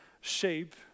shape